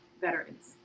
veterans